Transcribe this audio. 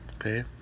Okay